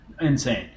insane